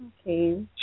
Okay